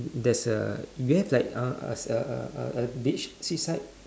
there's a you have a uh uh uh uh beach seaside